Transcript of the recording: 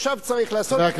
ועכשיו צריך לעשות למען הסדר.